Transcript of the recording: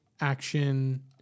action